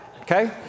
okay